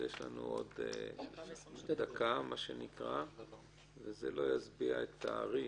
אז יש לנו עוד דקה וזה לא ישביע את הארי.